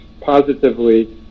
positively